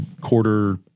quarter